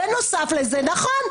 בנוסף לזה, נכון.